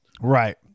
right